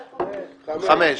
הצבעה בעד, 5 נגד,